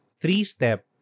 three-step